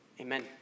Amen